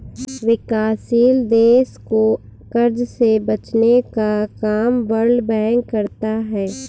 विकासशील देश को कर्ज से बचने का काम वर्ल्ड बैंक करता है